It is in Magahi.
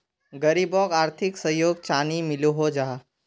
गरीबोक आर्थिक सहयोग चानी मिलोहो जाहा?